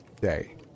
day